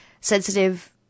sensitive